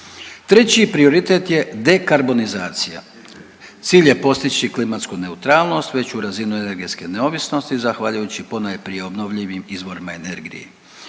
Treći prioritet je dekarbonizacija. Cilj je postići klimatsku neutralnost, veću razinu energetske neovisnosti zahvaljujući ponajprije obnovljivim izvorima energije.